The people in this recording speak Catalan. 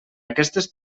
aquestes